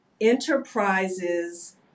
enterprises